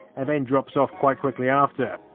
and then drops off quite quickly after.